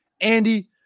Andy